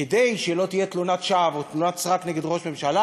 כדי שלא תהיה תלונת שווא או תלונת סרק נגד ראש ממשלה,